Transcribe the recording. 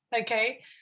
okay